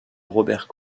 roberts